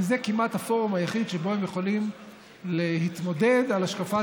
כי זה כמעט הפורום היחיד שבו הם יכולים להתמודד על השקפת